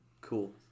Cool